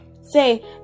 say